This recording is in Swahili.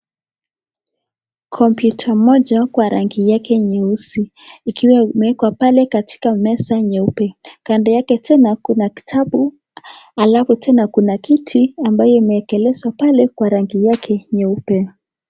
Kompyuta moja kwa rangi yake nyeusi, ikiwa imewekwa pale katika meza nyeupe. Kando yake tena kuna kitabu, alafu tena kuna kiti ambayo imewekwa pale kwa rangi yake nyeupe.